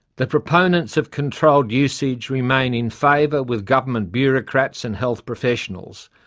the proponents of controlled usage remain in favour with government bureaucrats and health professionals,